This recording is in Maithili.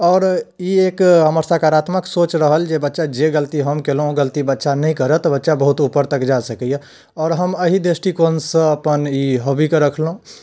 आओर ई एक हमर सकारात्मक सोच रहल जे बच्चा जे गलती हम कयलहुँ ओ गलती बच्चा नहि करऽ तऽ बच्चा ऊपर तक जाय सकैए आओर हम एहि दृष्टिकोणसँ अपन ई हौबी कऽ रखलहुँ